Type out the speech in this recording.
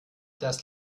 das